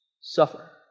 suffer